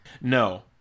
No